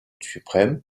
suprême